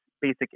basic